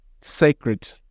sacred